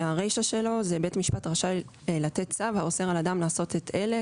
שהרישה שלו זה "בית משפט רשאי לתת צו האוסר על אדם לעשות את אלה,